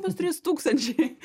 bus trys tūkstančiai